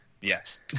yes